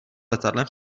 letadlem